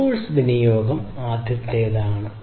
resource വിനിയോഗം ആദ്യത്തേതാണ്